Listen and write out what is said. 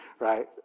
Right